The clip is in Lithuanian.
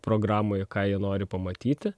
programoje ką jie nori pamatyti